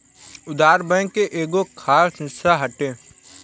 उधार, बैंक के एगो खास हिस्सा हटे